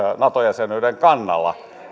nato jäsenyyden kannalla